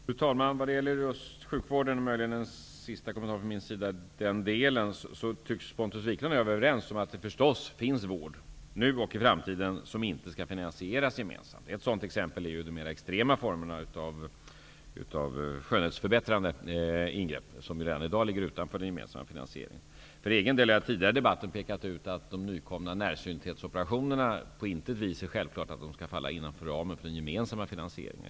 Fru talman! Jag har en avslutande kommentar angående sjukvården. Pontus Wiklund och jag tycks vara överens om att det finns vård -- nu och i framtiden -- som inte skall finansieras gemensamt. Ett sådant exempel är de mera extrema formerna av skönhetsförbättrande ingrepp som även i dag ligger utanför den gemensamma finansieringen. Jag har tidigare i debatten påpekat att det på intet vis är självklart att de nytillkomna närsynthetsoperationerna skall falla inom ramen för den gemensamma finansieringen.